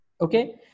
okay